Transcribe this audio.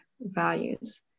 values